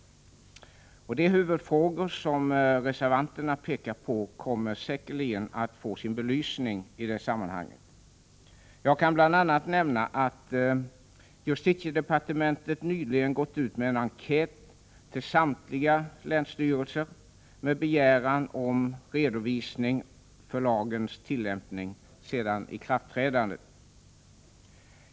De huvudfrågor som reservanterna pekar på kommer säkerligen att få sin belysning i det sammanhanget. Jag kan bl.a. nämna att justitiedepartementet nyligen gått ut med en enkät till samtliga länsstyrelser med begäran om redovisning för lagens tillämpning sedan ikraftträdandet.